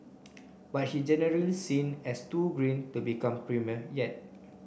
but he generally seen as too green to become premier yet